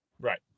right